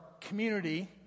community